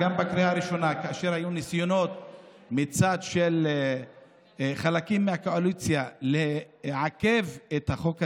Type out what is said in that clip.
כאשר היו ניסיונות מצד של חלקים מהקואליציה לעכב את החוק הזה,